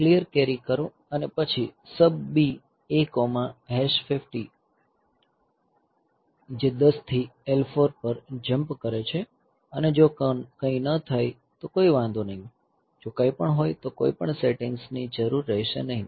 clear carry કરો અને પછી SUBB A50 H જે 10 થી L4 જમ્પ કરે છે અને જો કંઈ ન થાય તો કોઈ વાંધો નથી જો કંઈપણ હોય તો કોઈપણ સેટિંગ્સ ની જરૂર રહેશે નહીં